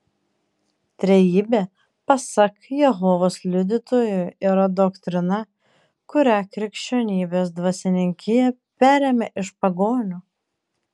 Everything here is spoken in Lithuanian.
trejybė pasak jehovos liudytojų yra doktrina kurią krikščionybės dvasininkija perėmė iš pagonių